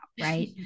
right